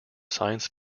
science